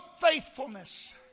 faithfulness